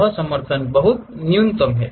वह समर्थन बहुत न्यूनतम है